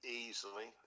easily